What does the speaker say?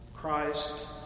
Christ